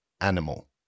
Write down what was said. animal